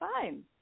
fine